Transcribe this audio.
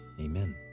Amen